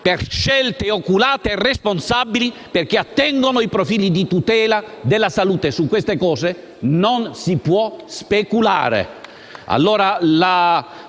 per scelte oculate e responsabili, in quanto attengono i profili di tutela della salute e su questi temi non si può speculare.